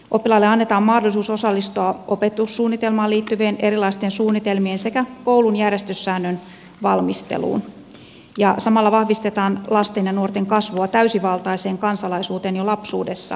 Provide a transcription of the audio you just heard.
oppilaille annetaan mahdollisuus osallistua opetussuunnitelmaan liittyvien erilaisten suunnitelmien sekä koulun järjestyssäännön valmisteluun ja samalla vahvistetaan lasten ja nuorten kasvua täysivaltaiseen kansalaisuuteen jo lapsuudessa